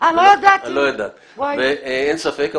אין ספק,